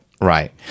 Right